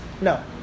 No